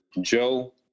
Joe